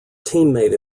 teammate